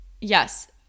yes